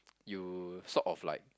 you sort of like